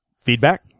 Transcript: Feedback